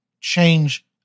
change